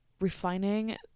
refining